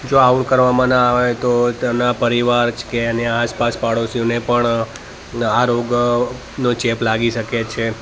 જો આવું કરવામાં ના આવે તો તેના પરિવાર જ કે અને આસપાસ પાડોશીઓને પણ આ રોગનો ચેપ લાગી શકે છે